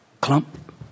clump